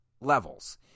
levels